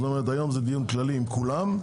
היום זה דיון כללי עם כולם,